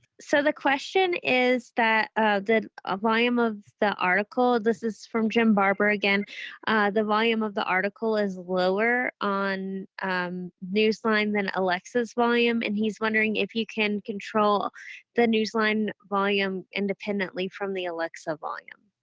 so the question is that the ah volume of the article this is from jim barbour again the volume of the article is lower on newsline than alexa's volume and he's wondering if you can control the newsline volume independently from the alexa volume.